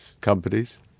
companies